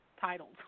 titles